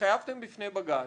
התחייבתם בפני בג"ץ,